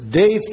day